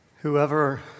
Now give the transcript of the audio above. Whoever